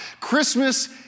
Christmas